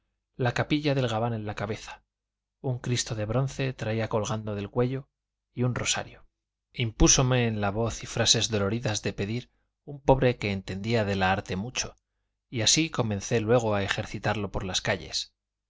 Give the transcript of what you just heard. la capilla del gabán en la cabeza un cristo de bronce traía colgando del cuello y un rosario impúsome en la voz y frases doloridas de pedir un pobre que entendía de la arte mucho y así comencé luego a ejercitarlo por las calles